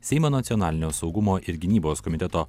seimo nacionalinio saugumo ir gynybos komiteto